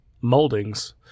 moldings